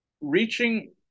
reaching